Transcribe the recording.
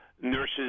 Nurses